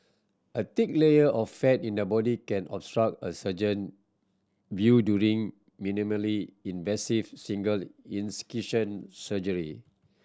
a thick layer of fat in the body can obstruct a surgeon view during minimally invasive single incision surgery